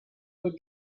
for